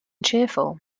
cheerful